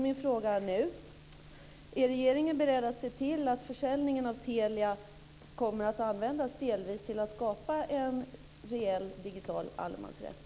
Min fråga är: Är regeringen beredd att se till att försäljningen av Telia kommer att delvis användas till att skapa en reell digital allemansrätt?